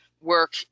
work